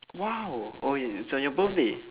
!wow! oh it it's on your birthday